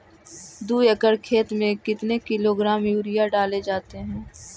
दू एकड़ खेत में कितने किलोग्राम यूरिया डाले जाते हैं?